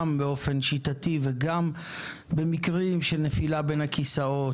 גם באופן שיטתי וגם במקרים של נפילה בין הכיסאות,